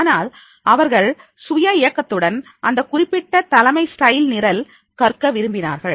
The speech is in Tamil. ஆனால் அவர்கள் சுய இயக்கத்துடன் அந்த குறிப்பிட்ட தலைமை ஸ்டைல் நிரல் கற்க விரும்பினார்கள்